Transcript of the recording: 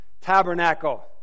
tabernacle